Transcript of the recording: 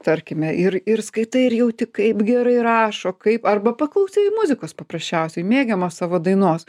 tarkime ir ir skaitai ir jauti kaip gerai rašo kaip arba paklausai muzikos paprasčiausiai mėgiamos savo dainos